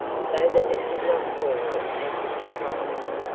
so that it did not fall as a surprise.